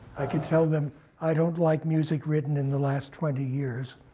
i could tell them i don't like music written in the last twenty years,